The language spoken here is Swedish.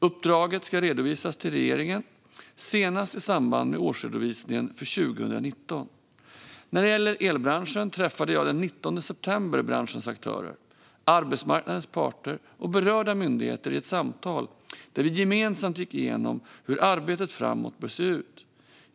Uppdraget ska redovisas till regeringen senast i samband med årsredovisningen för 2019. När det gäller elbranschen träffade jag den 19 september branschens aktörer, arbetsmarknadens parter och berörda myndigheter i ett samtal där vi gemensamt gick igenom hur arbetet framåt bör se ut.